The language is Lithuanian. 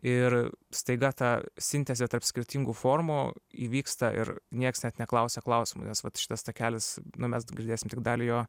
ir staiga ta sintezė tarp skirtingų formų įvyksta ir nieks net neklausia klausimų nes vat šitas takelis nu mes girdėsim tik dalį jo